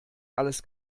alles